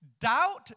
Doubt